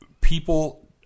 people